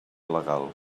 legal